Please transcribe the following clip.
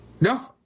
No